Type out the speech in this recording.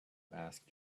ask